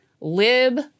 lib